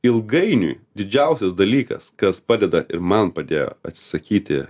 ilgainiui didžiausias dalykas kas padeda ir man padėjo atsisakyti